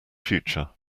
future